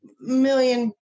million